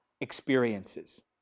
experiences